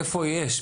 איפה יש,